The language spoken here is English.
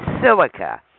silica